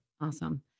Awesome